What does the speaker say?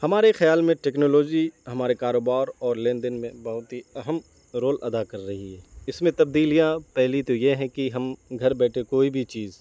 ہمارے خیال میں ٹیکنالوجی ہمارے کاروبار اور لین دین میں بہت ہی اہم رول ادا کر رہی ہے اس میں تبدیلیاں پہلی تو یہ ہیں کہ ہم گھر بیٹھے کوئی بھی چیز